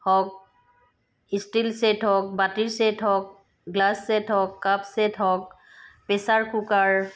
হওক steel set হওক বাটিৰ চেট হওক গ্লাছ চেট হওক কাপ চেট হওক প্ৰেচাৰ কুকাৰ